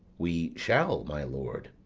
we shall, my lord.